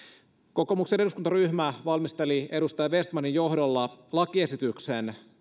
kokoomuksen eduskuntaryhmä valmisteli tämän tilanteen muuttamiseksi edustaja vestmanin johdolla lakiesityksen